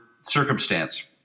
circumstance